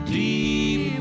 deep